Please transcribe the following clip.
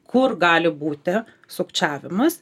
kur gali būti sukčiavimas